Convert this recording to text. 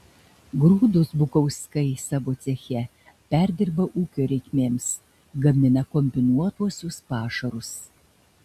grūdus bukauskai savo ceche perdirba ūkio reikmėms gamina kombinuotuosius pašarus